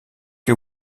que